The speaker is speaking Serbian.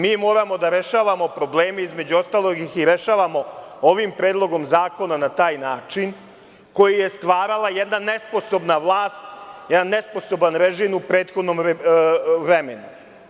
Mi moramo da rešavamo probleme, između ostalog ih i rešavamo ovim predlogom zakona na taj način, koji je stvarala jedna nesposobna vlast, jedan nesposoban režim u prethodnom vremenu.